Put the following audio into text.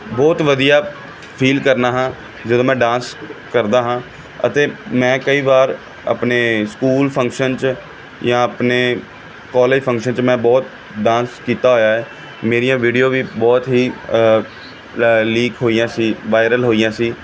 ਬਹੁਤ ਵਧੀਆ ਫੀਲ ਕਰਦਾ ਹਾਂ ਜਦੋਂ ਮੈਂ ਡਾਂਸ ਕਰਦਾ ਹਾਂ ਅਤੇ ਮੈਂ ਕਈ ਵਾਰ ਆਪਣੇ ਸਕੂਲ ਫੰਕਸ਼ਨ 'ਚ ਜਾਂ ਆਪਣੇ ਕੋਲਜ ਫੰਕਸ਼ਨ 'ਚ ਮੈਂ ਬਹੁਤ ਡਾਂਸ ਕੀਤਾ ਹੋਇਆ ਹੈ ਮੇਰੀਆਂ ਵੀਡੀਓ ਵੀ ਬਹੁਤ ਹੀ ਲੀਕ ਹੋਈਆਂ ਸੀ ਵਾਇਰਲ ਹੋਈਆਂ ਸੀ